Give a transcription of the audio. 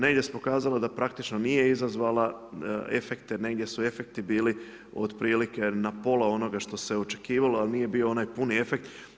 Negdje se pokazala da praktično nije izazvala efekte, negdje su efekti bili otprilike na pola onoga što se očekivalo ali nije bilo onaj puni efekt.